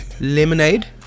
lemonade